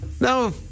No